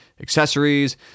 Accessories